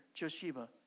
Josheba